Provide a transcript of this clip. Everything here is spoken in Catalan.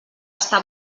està